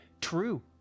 true